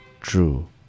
true